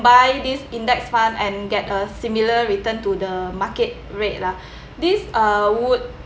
buy this index fund and get a similar return to the market rate lah this uh would